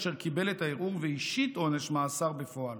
אשר קיבל את הערעור והשית עונש מאסר בפועל.